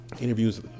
interviews